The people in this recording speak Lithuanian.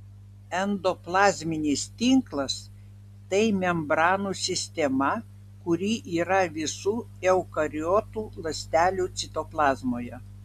endoplazminis tinklas tai membranų sistema kuri yra visų eukariotų ląstelių citoplazmoje